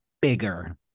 bigger